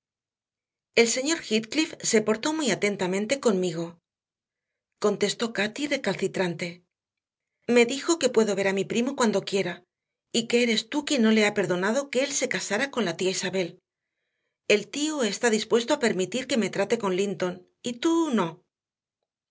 el señor heathcliff se portó muy atentamente conmigo contestó cati recalcitrante me dijo que puedo ver a mi primo cuando quiera y que eres tú quien no le ha perdonado que él se casara con la tía isabel el tío está dispuesto a permitir que me trate con linton y tú no